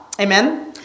Amen